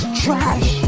trash